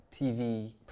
TV